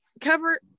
cover